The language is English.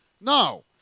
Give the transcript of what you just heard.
No